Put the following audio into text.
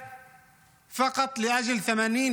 הערבית.)